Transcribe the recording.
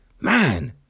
man